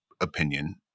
opinion